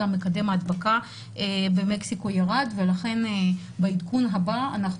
גם מקדם ההדבקה במקסיקו ירד ולכן בעדכון הבא אנחנו